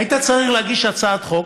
היית צריך להגיש הצעת חוק,